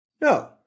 No